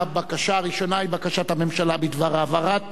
הבקשה הראשונה היא בקשת הממשלה בדבר העברת